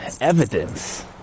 evidence